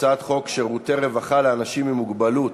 הצעת חוק שירותי רווחה לאנשים עם מוגבלות,